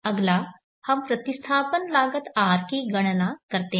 अगला हम प्रतिस्थापन लागत R की गणना करते हैं